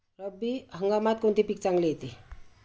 रब्बी हंगामात कोणते पीक चांगले येते?